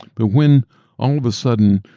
but when all of a sudden,